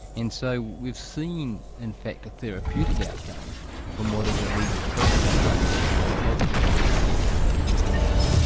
so we've seen in fact a therapeutic outcome from what is a legal process, and i think that's a very positive step for the community.